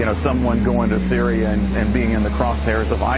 you know someone going to syria and being in the crosshairs of isle.